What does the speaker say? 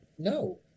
No